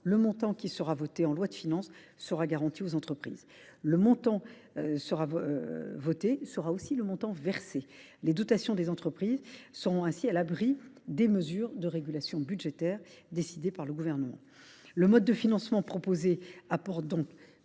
le montant voté en loi de finances sera garanti aux entreprises. Le montant voté sera le montant versé. Les dotations des entreprises seront ainsi à l’abri des mesures de régulation budgétaire décidées par le Gouvernement. Ce mode de financement apporte donc